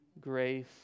grace